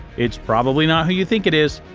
it's probably not who you think it is.